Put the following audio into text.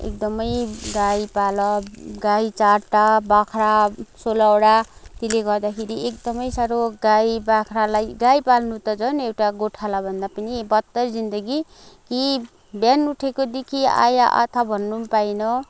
एकदमै गाई पाल गाई चारवटा बाख्रा सोह्रवटा त्यसले गर्दाखेरि एकदमै साह्रो गाई बाख्रालाई गाई पाल्नु त झन एउटा गोठालाभन्दा पनि बदतर जिन्दगी कि बिहान उठेकोदेखि आइया आथा भन्नु पनि पाएन